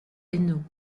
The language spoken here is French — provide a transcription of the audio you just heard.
hainaut